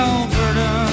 Alberta